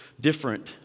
different